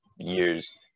years